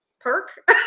perk